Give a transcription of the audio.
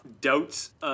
doubts